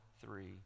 three